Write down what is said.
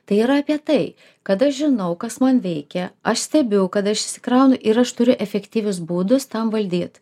tai yra apie tai kad aš žinau kas man veikia aš stebiu kad aš išsikraunu ir aš turiu efektyvius būdus tam valdyt